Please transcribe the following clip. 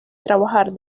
trabajar